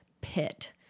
pit